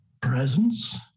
presence